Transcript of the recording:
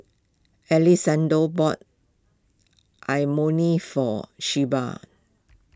Alessandro bought Imoni for Shelbi